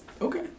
Okay